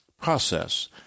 process